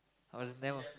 I was never